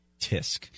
tisk